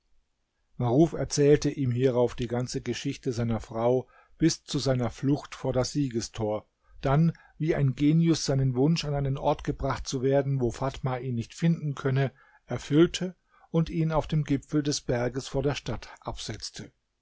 maruf erzählte ihm hierauf die ganze geschichte seiner frau bis zu seiner flucht vor das siegestor dann wie ein genius seinen wunsch an einen ort gebracht zu werden wo fatma ihn nicht finden könne erfüllte und ihn auf dem gipfel des berges vor der stadt absetzte